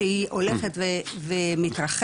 שהיא הולכת ומתרחבת,